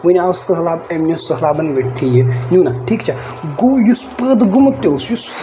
وۄنۍ آو سَہلاب أمۍ نیو سَہلابَن ؤٹتھۍ یہِ نیو نہ ٹھیٖک چھا گوٚو یُس پٲدٕ گوٚومُت تہِ اوس یُس